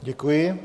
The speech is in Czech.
Děkuji.